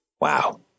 Wow